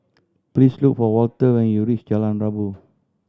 please look for Walter when you reach Jalan Rabu